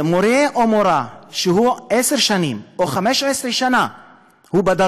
מורֶה, או מורָה, שנמצא עשר שנים או 15 שנה בדרום,